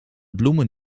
bloemen